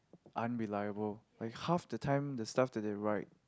unreliable like half the time the stuff that they write